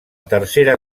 tercera